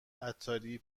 عطاری